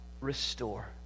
restore